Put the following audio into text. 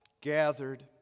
Gathered